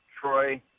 Troy